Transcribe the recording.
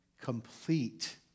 complete